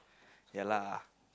ya lah